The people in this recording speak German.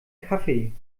kaffee